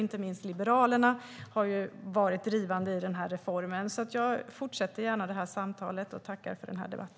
Inte minst Liberalerna har varit drivande i denna reform. Jag fortsätter gärna detta samtal och tackar för denna debatt.